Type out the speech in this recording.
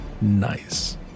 nice